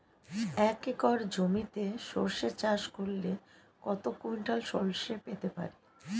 এক একর জমিতে সর্ষে চাষ করলে কত কুইন্টাল সরষে পেতে পারি?